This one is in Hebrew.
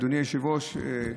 אדוני היושב-ראש,